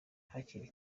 hakiri